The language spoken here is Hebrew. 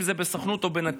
אם זה בסוכנות או בנתיב,